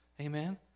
Amen